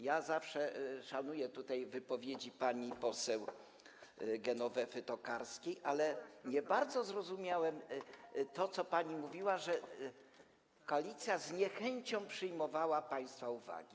Ja zawsze z szanuję wypowiedzi pani poseł Genowefy Tokarskiej, ale nie bardzo zrozumiałem to, co pani mówiła, że koalicja z niechęcią przyjmowała państwa uwagi.